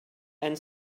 and